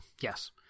Yes